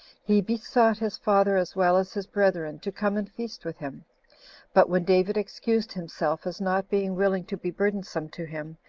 he besought his father, as well as his brethren, to come and feast with him but when david excused himself, as not being willing to be burdensome to him,